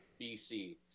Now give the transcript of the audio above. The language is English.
BC